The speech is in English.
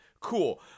Cool